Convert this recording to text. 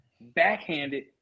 backhanded